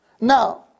Now